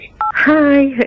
Hi